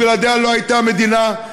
בלעדיה לא הייתה המדינה,